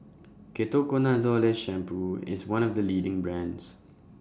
Ketoconazole Shampoo IS one of The leading brands